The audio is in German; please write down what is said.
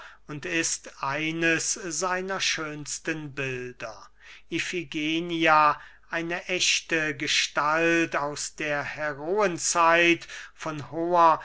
und ist eines seiner schönsten bilder ifigenia eine ächte gestalt aus der heroenzeit von hoher